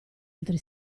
altri